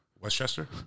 Westchester